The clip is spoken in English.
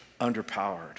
underpowered